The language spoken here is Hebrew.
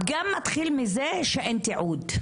הפגם מתחיל מזה שאין תיעוד.